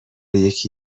یکی